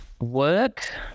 Work